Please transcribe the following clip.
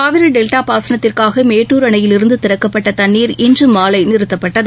Kaveri delta பாசனத்திற்காக மேட்டூர் அணையிலிருந்து திறக்கப்பட்ட தண்ணீர் இன்று மாலை நிறுத்தப்பட்டது